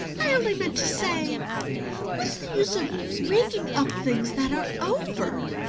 i only meant to say what's the use of raking up things that are over?